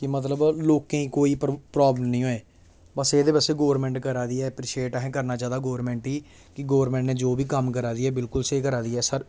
ते मतलब लोकें ई कोई प्रॉब्लम निं होऐ बस एह्दे बास्तै गौरमेंट करा दी ऐ अप्रीशीएट असें करना चाहिदा गौरमेंट ई कि गौरमेंट ने जो बी कम्म करा दी ऐ बिल्कुल स्हेई करा दी ऐ